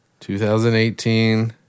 2018